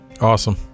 Awesome